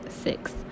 six